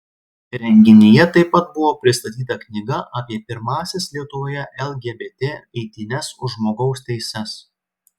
renginyje taip pat buvo pristatyta knyga apie pirmąsias lietuvoje lgbt eitynes už žmogaus teises